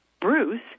Bruce